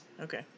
Okay